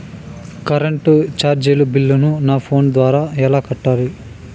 Current చార్జీల బిల్లును, నా ఫోను ద్వారా ఎలా కట్టాలి?